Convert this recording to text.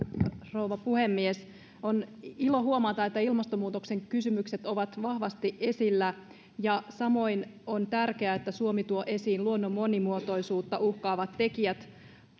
rouva puhemies on ilo huomata että ilmastonmuutoksen kysymykset ovat vahvasti esillä ja samoin on tärkeää että suomi tuo esiin luonnon monimuotoisuutta uhkaavat tekijät